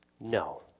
No